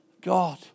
God